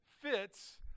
fits